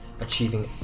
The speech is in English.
achieving